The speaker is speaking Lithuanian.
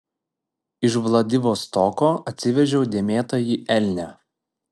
iš vladivostoko atsivežiau dėmėtąjį elnią